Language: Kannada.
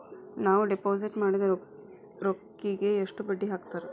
ನಾವು ಡಿಪಾಸಿಟ್ ಮಾಡಿದ ರೊಕ್ಕಿಗೆ ಎಷ್ಟು ಬಡ್ಡಿ ಹಾಕ್ತಾರಾ?